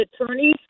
attorneys